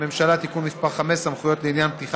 הממשלה (תיקון מס' 5) (סמכויות לעניין פתיחה